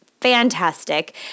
fantastic